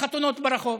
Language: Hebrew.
חתונות ברחוב,